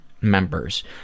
members